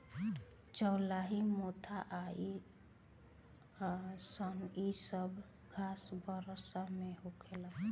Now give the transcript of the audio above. चौलाई मोथा आ सनइ इ सब घास बरखा में होला